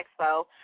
Expo